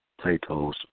Plato's